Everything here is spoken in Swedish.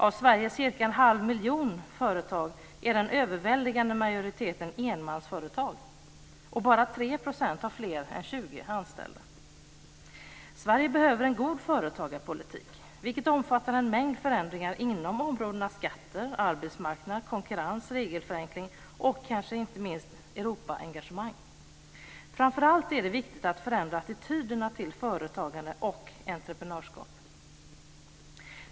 Av Sveriges cirka en halv miljon företag är den överväldigande majoriteten enmansföretag och bara 3 % har fler än 20 anställda. Sverige behöver en god företagarpolitik, vilket omfattar en mängd förändringar inom områdena skatter, arbetsmarknad, konkurrens, regelförenkling och kanske inte minst Europaengagemang. Framför allt är det viktigt att förändra attityderna till företagande och entreprenörskap.